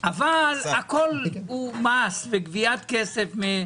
אבל הכול הוא מס וגביית כסף.